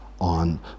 on